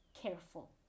careful